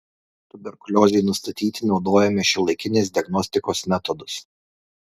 tuberkuliozei nustatyti naudojame šiuolaikinės diagnostikos metodus